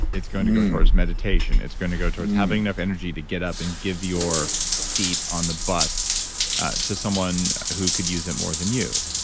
it's going to go towards meditation. it's going to go towards having enough energy to get up and give your seat on the bus to someone who could use it more than you,